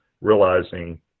realizing